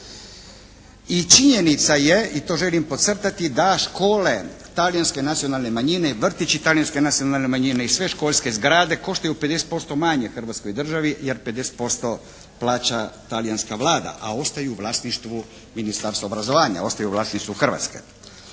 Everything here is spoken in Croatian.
I činjenica je, i to želim podcrtati da škole talijanske nacionalne manjine i vrtići talijanske nacionalne manjine i sve školske zgrade koštaju 50% manje u Hrvatskoj državi jer 50% plaća talijanska Vlada a ostaju u vlasništvu Ministarstva obrazovanja, ostaju u vlasništvu Hrvatske.